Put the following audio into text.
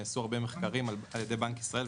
נעשו הרבה מחקרים על ידי בנק ישראל.